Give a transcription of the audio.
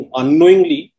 unknowingly